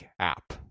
app